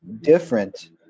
different